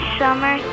summer